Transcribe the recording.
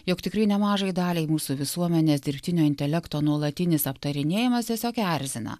jog tikrai nemažai daliai mūsų visuomenės dirbtinio intelekto nuolatinis aptarinėjimas tiesiog erzina